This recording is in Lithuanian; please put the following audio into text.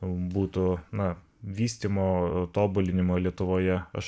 būtų na vystymo tobulinimo lietuvoje aš